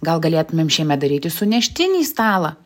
gal galėtumėm šiemet daryti suneštinį stalą